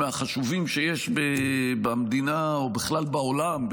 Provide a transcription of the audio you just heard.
מהחשובים שיש במדינה או בכלל בעולם,